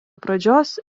pradžios